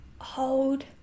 Hold